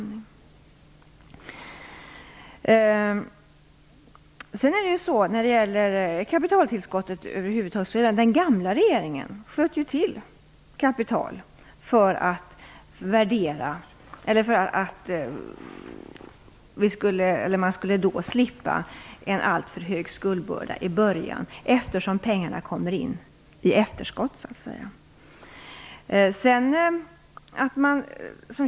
När det gäller kapitaltillskottet över huvud taget, sköt ju den gamla regeringen till kapital för att man skulle slippa en alltför hög skuldbörda i början, eftersom pengarna kommer in i efterskott.